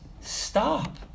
stop